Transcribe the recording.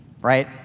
right